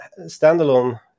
standalone